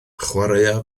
chwaraea